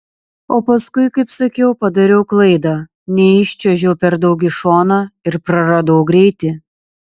o paskui kaip sakiau padariau klaidą neiščiuožiau per daug į šoną ir praradau greitį